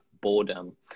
boredom